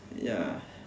ya